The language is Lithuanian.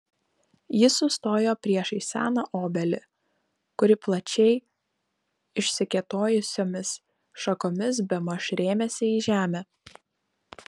jie sustojo priešais seną obelį kuri plačiai išsikėtojusiomis šakomis bemaž rėmėsi į žemę